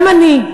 גם אני,